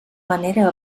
manera